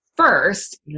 first